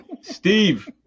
Steve